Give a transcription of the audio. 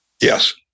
Yes